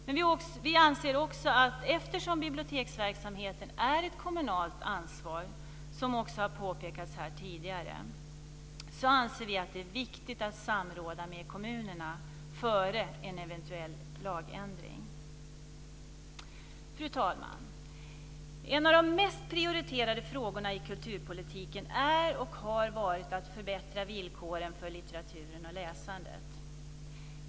Men eftersom biblioteksverksamheten är ett kommunalt ansvar, som också har påpekats här tidigare, anser vi att det är viktigt att samråda med kommunerna före en eventuell lagändring. Fru talman! En av de mest prioriterade frågorna i kulturpolitiken är och har varit att förbättra villkoren för litteraturen och läsandet.